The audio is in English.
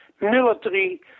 Military